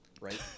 right